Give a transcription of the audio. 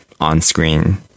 on-screen